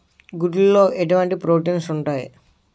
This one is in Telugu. గుడ్లు లో ఎటువంటి ప్రోటీన్స్ ఉంటాయి?